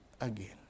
again